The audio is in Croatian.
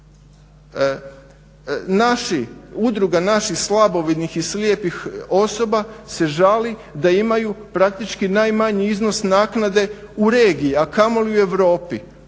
udruga naših slabovidnih i slijepih osoba se žali da imaju praktički najmanji iznos naknade u regiji, a kamoli u Europi.